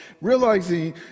realizing